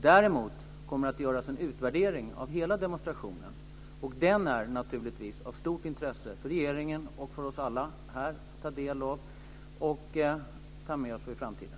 Däremot kommer det att göras en utvärdering av hela demonstrationen, och det är naturligtvis av stort intresse för regeringen och för alla här att ta del av denna och ta med sig den i framtiden.